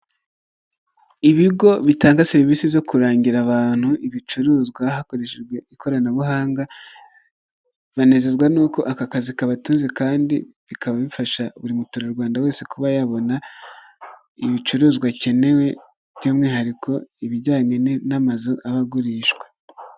Ibigo bitanga serivisi zo kurangira abantu ibicuruzwa hakoreshejwe ikoranabuhanga, banezezwa n'uko aka kazi kabatunze kandi bikaba bifasha buri muturarwanda wese kuba yabona ibicuruzwa akeneye, by'umwihariko ibijyanye n'amazu aba agurishwa.